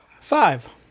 Five